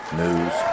news